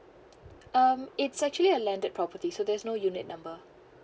um it's actually a landed property so there's no unit number